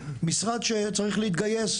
משרד שצריך להתגייס,